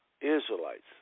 Israelites